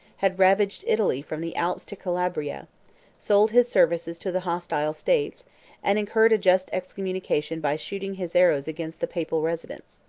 had ravaged italy from the alps to calabria sold his services to the hostile states and incurred a just excommunication by shooting his arrows against the papal residence.